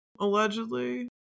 allegedly